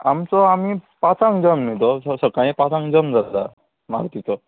आमचो आमी पांचांक जल्म न्ही सो सकाळी पांचांक जल्म जाता मारुतीचो